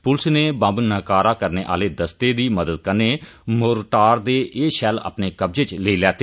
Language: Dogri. पुलस नै बम्ब नकारा करने आह्ले दस्ते दी मदद कन्नै मोटरि दे एह शैल्ल अपने कब्जे च लेई लैते